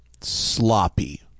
sloppy